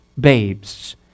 babes